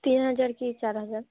তিন হাজার কি চার হাজার